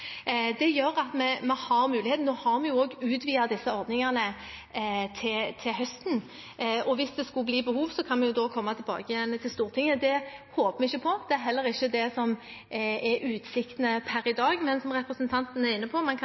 Det gjør at vi har muligheten. Nå har vi også utvidet disse ordningene til høsten, og hvis det skulle bli behov, kan vi da komme tilbake igjen til Stortinget. Det håper vi ikke på, og det er heller ikke det som er utsiktene per i dag, men som representanten er inne på, kan man